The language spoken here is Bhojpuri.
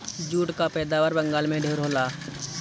जूट कअ पैदावार बंगाल में ढेर होला